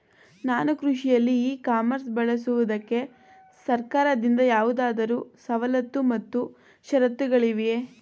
ನಾನು ಕೃಷಿಯಲ್ಲಿ e commerce ಬಳಸುವುದಕ್ಕೆ ಸರ್ಕಾರದಿಂದ ಯಾವುದಾದರು ಸವಲತ್ತು ಮತ್ತು ಷರತ್ತುಗಳಿವೆಯೇ?